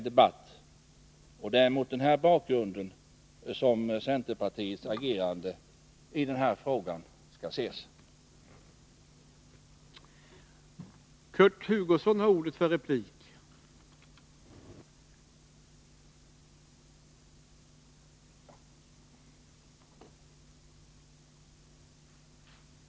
Det är mot den bakgrunden som centerns agerande i den här frågan skall ses.